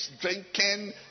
drinking